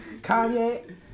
Kanye